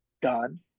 done